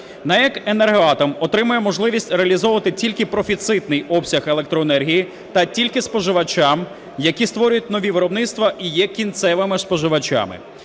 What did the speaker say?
НАЕК "Енергоатом" отримає можливість реалізовувати тільки профіцитний обсяг електроенергії та тільки споживачам, які створюють нові виробництва і є кінцевими споживачами.